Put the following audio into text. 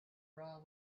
raw